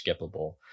skippable